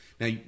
Now